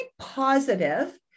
positive